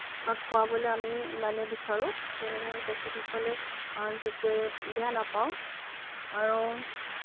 বা খোৱাবলৈ আমি মানে বিচাৰোঁ যেনেধৰণে তেখেতসকলে যাতে বেয়া নাপাওঁক আৰু